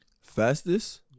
Fastest